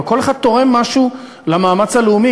אבל כל אחד תורם משהו למאמץ הלאומי.